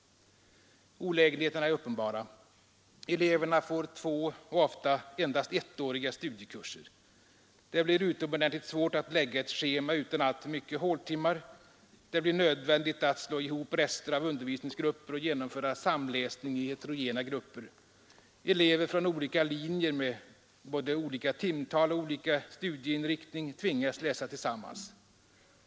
Olägenheterna är uppenbara. Eleverna får tvåoch ofta endast ettåriga studiekurser. Det blir utomordentligt svårt att lägga ett schema utan alltför mycket håltimmar. Det blir nödvändigt att slå ihop rester av undervisningsgrupper och genomföra samläsning i heterogena grupper. Elever från olika linjer med både olika timtal och olika studieinriktning tvingas läsa tillsammans.